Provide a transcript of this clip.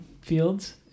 fields